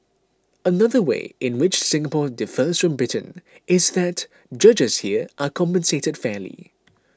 another way in which Singapore differs from Britain is that judges here are compensated fairly